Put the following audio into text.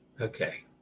Okay